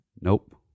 Nope